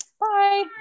Bye